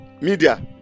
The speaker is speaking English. media